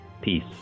Peace